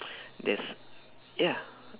there's ya